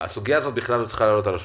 שהסוגיה הזאת לא צריכה בכלל לעלות על השולחן.